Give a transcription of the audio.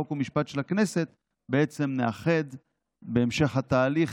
חוק ומשפט של הכנסת נאחד את זה לחוק אחד בהמשך התהליך.